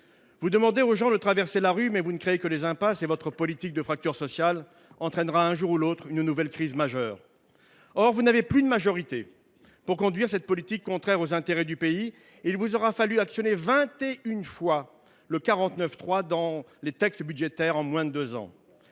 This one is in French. Vous demandez aux gens de traverser la rue, mais vous ne créez que des impasses et votre politique de fracture sociale entraînera un jour ou l’autre une nouvelle crise majeure. Or vous n’avez plus de majorité. Pour conduire cette politique contraire aux intérêts du pays, il vous aura fallu actionner vingt et une fois en moins de deux ans